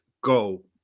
go